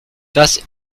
das